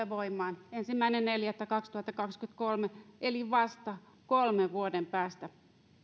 voimaan ensimmäinen neljättä kaksituhattakaksikymmentäkolme eli vasta kolmen vuoden päästä